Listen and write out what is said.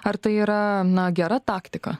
ar tai yra na gera taktika